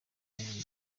yavutse